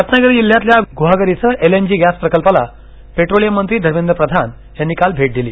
रव्रागिरी जिल्ह्यातल्या गुहागर इथं L N G gas प्रकल्पाला पेट्रोलियम मंत्री धर्मेंद्र प्रधान यांनी काल भेट दिली